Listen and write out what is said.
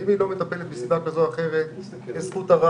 ואם היא לא מטפלת בשל סיבה כזו או אחרת יש זכות ערר,